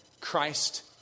Christ